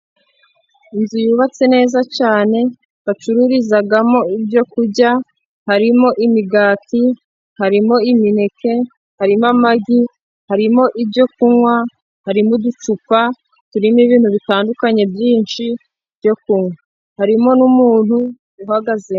Inzu yubatse neza cyane bacururizamo ibyokurya. Harimo: imigati, harimo imineke, harimo amagi, harimo ibyo kunywa, harimo uducupa turimo ibintu bitandukanye byinshi. Harimo n'umuntu uhagaze.